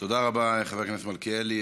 תודה רבה לחבר הכנסת מלכיאלי.